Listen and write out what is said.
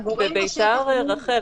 בבית"ר רח"ל.